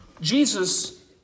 Jesus